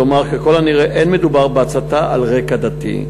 כלומר, ככל הנראה לא מדובר בהצתה על רקע דתי.